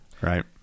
right